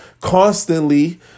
constantly